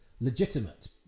legitimate